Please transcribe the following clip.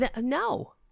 No